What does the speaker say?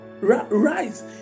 Rise